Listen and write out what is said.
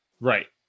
Right